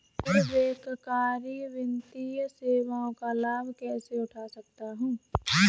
गैर बैंककारी वित्तीय सेवाओं का लाभ कैसे उठा सकता हूँ?